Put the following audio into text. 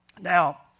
Now